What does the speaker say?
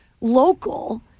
local